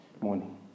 morning